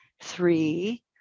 three